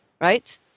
right